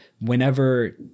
whenever